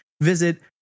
visit